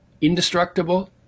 indestructible